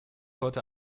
heute